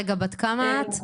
בת כמה את?